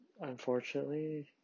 Unfortunately